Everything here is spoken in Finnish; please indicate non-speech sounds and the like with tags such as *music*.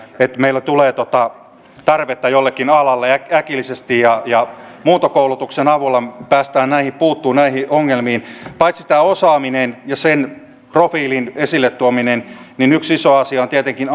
kun meillä tulee tarvetta jollekin alalle äkillisesti eli muuntokoulutuksen avulla päästään näihin ongelmiin puuttumaan paitsi tämä osaaminen ja sen profiilin esilletuominen myös asenne on tietenkin *unintelligible*